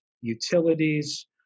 utilities